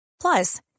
Plus